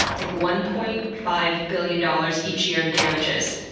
like, one point five billion dollars each year in damages.